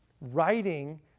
writing